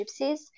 gypsies